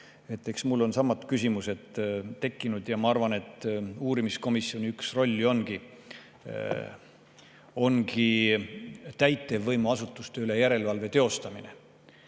Eks mul ole samad küsimused tekkinud. Ma arvan, et uurimiskomisjoni üks rolle ju ongi täitevvõimuasutuste üle järelevalve teostamine.